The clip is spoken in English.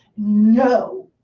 no.